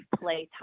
playtime